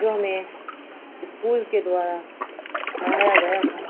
جو ہمیں اسکول کے دوارا پڑھایا گیا تھا